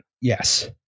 Yes